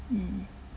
mm